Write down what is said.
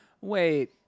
Wait